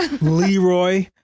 Leroy